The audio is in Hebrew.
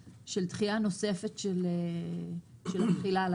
שתהיה ל-1.1.22, אבל החרגנו את זה.